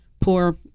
poor